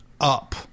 up